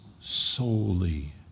solely